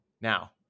Now